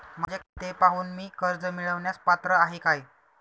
माझे खाते पाहून मी कर्ज मिळवण्यास पात्र आहे काय?